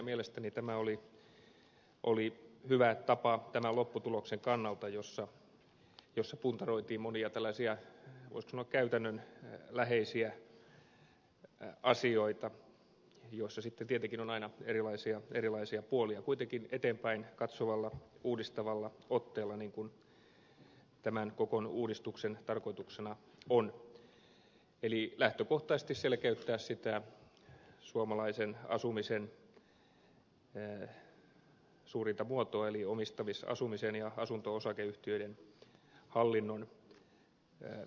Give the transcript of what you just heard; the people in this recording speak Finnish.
mielestäni tämä oli hyvä tapa tämän lopputuloksen kannalta että puntaroitiin monia tällaisia voisiko sanoa käytännönläheisiä asioita joissa sitten tietenkin on aina erilaisia puolia kuitenkin eteenpäin katsovalla uudistavalla otteella niin kuin tämän koko uudistuksen tarkoituksena on eli lähtökohtaisesti tarkoitus on selkeyttää sitä suomalaisen asumisen suurinta muotoa eli omistamisasumisen ja asunto osakeyhtiöiden hallinnon muotoa